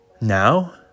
Now